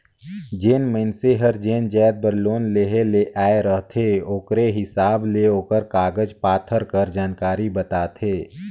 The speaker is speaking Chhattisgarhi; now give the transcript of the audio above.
जेन मइनसे हर जेन जाएत बर लोन लेहे ले आए रहथे ओकरे हिसाब ले ओकर कागज पाथर कर जानकारी बताथे